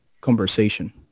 conversation